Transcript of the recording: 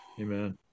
Amen